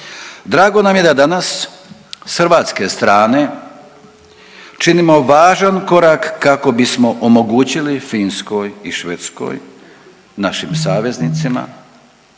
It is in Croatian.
Drago nam je da danas s hrvatske strane činimo važan korak kako bismo omogućili Finskoj i Švedskoj, našim saveznicima,